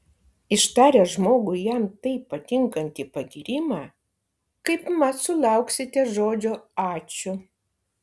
ištaręs žmogui jam taip patinkantį pagyrimą kaipmat sulauksite žodžio ačiū